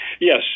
yes